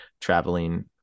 traveling